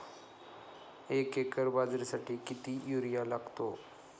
एक एकर बाजरीसाठी किती युरिया लागतो?